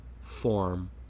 form